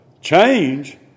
change